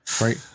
Right